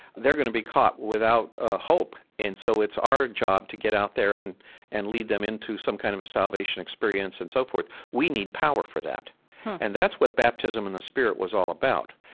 they're going to be caught without ah hope. and so it's our job to get out there and and lead them into some kind of a salvation experience and so forth. we need power for that and that's what baptism and the spirit was all about.